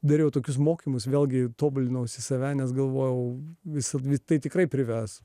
dariau tokius mokymus vėlgi tobulinosi save nes galvojau visą tai tikrai prives